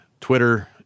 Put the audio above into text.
Twitter